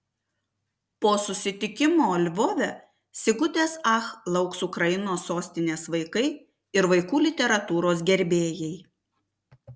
po susitikimo lvove sigutės ach lauks ukrainos sostinės vaikai ir vaikų literatūros gerbėjai